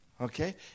Okay